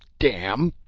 damn!